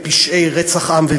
לפשעי רצח עם,